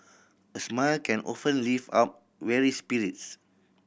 a smile can often lift up weary spirits